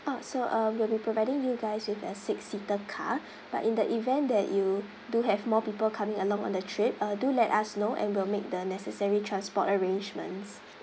ah so uh we'll be providing you guys with a six seater car but in the event that you do have more people coming along on the trip uh do let us know and we'll make the necessary transport arrangements